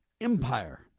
Empire